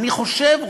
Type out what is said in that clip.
אני חושב,